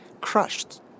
crushed